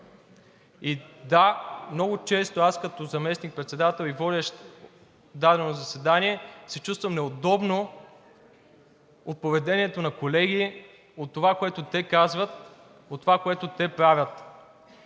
И да, много често аз като заместник-председател и водещ дадено заседание се чувствам неудобно от поведението на колеги, от това, което те казват, от това, което те правят.